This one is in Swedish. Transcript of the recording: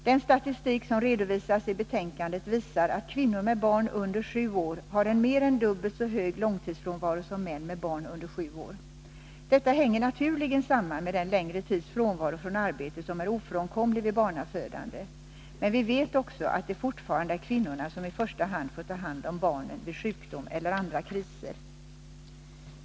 Den statistik som redovisas i betänkandet visar att kvinnor med barn under sju år har en mer än dubbelt så hög långtidsfrånvaro som män med barn under sju år. Detta hänger naturligen samman med den längre tids frånvaro från arbetet som är ofrånkomlig vid barnafödande, men vi vet också att det fortfarande är kvinnorna som i första hand får ta hand om barnen vid sjukdom eller andra kriser.